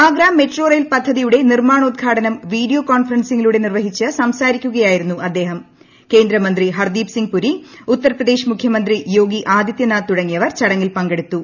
Agra metro rail പദ്ധതിയുടെ നിർമ്മാണ ഉദ്ഘാടനം വീഡിയോ കോൺഫറൻസിങ്ങിലൂടെ നിർവഹിച്ച് സംസാരിക്കുകയായിരുന്നു അദ്ദേഹം ആക്നേന്ദ്ര മന്ത്രി ഹർദീപ് സിംഗ് പുരി ഉത്തർപ്രദേശ് മുഖ്യമന്ത്രി ്യോഗി ആദിത്യനാഥ് തുടങ്ങിയവർ ചടങ്ങിൽ പങ്കെടുത്തു